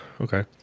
okay